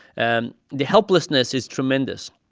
and the helplessness is tremendous.